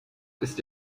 ist